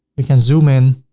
we can zoom in,